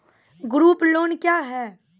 Group loan क्या है?